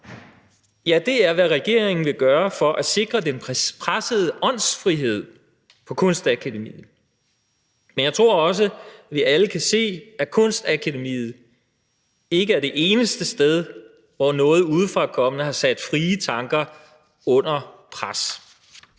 Ja, det er, hvad regeringen vil gøre for at sikre den pressede åndsfrihed på Kunstakademiet, men jeg tror også, at vi alle kan se, at Kunstakademiet ikke er det eneste sted, hvor noget udefrakommende har sat frie tanker under pres.